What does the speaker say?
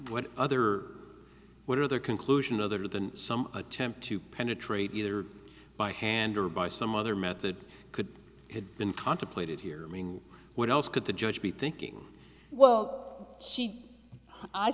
what other what other conclusion other than some attempt to penetrate either by hand or by some other method could have been contemplated here what else could the judge be thinking well she i